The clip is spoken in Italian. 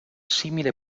simile